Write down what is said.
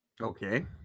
Okay